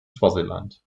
swaziland